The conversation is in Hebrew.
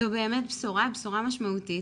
זו באמת בשורה משמעותית,